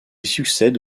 succède